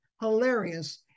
hilarious